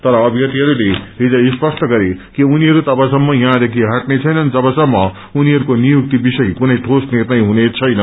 तर अभ्यार्थीहरूले हिज स्पष्ट गरे कि उनीहरू तबसम्म यहँदेखि हट्ने छैनन् जवसम्म उनीहरूको नियुक्ति विषय कुनै ठोस निष्रय हुनेछैन